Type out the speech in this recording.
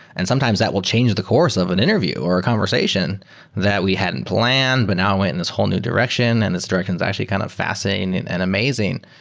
and sometimes that will change the course of an interview or a conversation that we hadn't planned, but now it went in this whole new direction and this direction is actually kind of fascinating and an amazing.